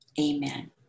Amen